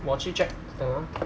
我去 check 等 ah